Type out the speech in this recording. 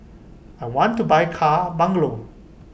I want to buy car bungalow